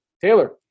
Taylor